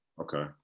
Okay